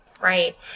right